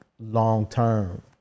long-term